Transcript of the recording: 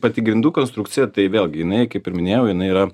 pati grindų konstrukcija tai vėlgi jinai kaip ir minėjau jinai yra